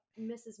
Mrs